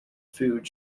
food